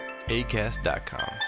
ACAST.COM